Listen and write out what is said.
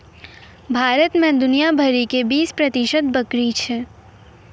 भारत मे दुनिया भरि के बीस प्रतिशत बकरी छै